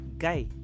Guy